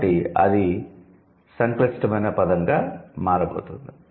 కాబట్టి అది సంక్లిష్టమైన పదంగా మారబోతోంది